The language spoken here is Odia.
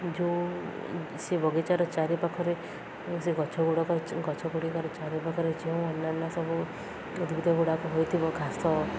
ଯୋଉ ସେ ବଗିଚାର ଚାରିପାଖରେ ସେ ଗଛ ଗୁଡ଼ାକ ଗଛ ଗୁଡ଼ିକର ଚାରିପାଖରେ ଯେଉଁ ଅନ୍ୟାନ୍ୟ ସବୁ ଉଦ୍ଭିଦ ଗୁଡ଼ାକ ହୋଇଥିବ ଘାସ